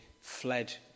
fled